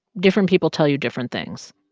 different people tell you different things.